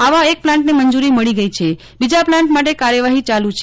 આવા એક પ્લાન્ટને મંજૂરી મળી ગઇ છે બીજા પ્લાન્ટ માટે કાર્યવાહી ચાલુ છે